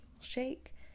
shake